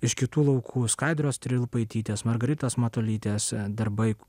iš kitų laukų skaidros trilupaitytės margaritos matulytės darbai